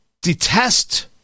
detest